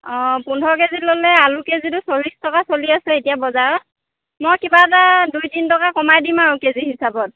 অঁ পোন্ধৰ K G ল'লে আলু কে জিটো চল্লিছ টকা চলি আছে এতিয়া বজাৰত মই কিবা এটা দুই তিনি টকা কমাই দিম আৰু কে জি হিচাপত